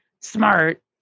smart